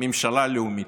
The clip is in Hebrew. ממשלה לאומית,